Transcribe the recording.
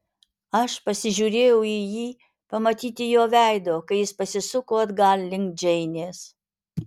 aš pasižiūrėjau į jį pamatyti jo veido kai jis pasisuko atgal link džeinės